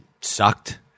sucked